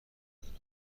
ندارم